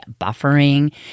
buffering